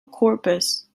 corpus